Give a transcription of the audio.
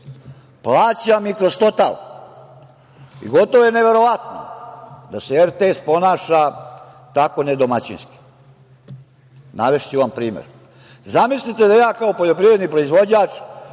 Plaćam i kroz „Total“.Gotovo je neverovatno da se RTS ponaša tako nedomaćinski. Navešću vam primer. zamislite da ja kao poljoprivredni proizvođač